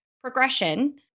progression